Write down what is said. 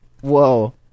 Whoa